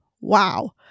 Wow